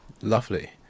Lovely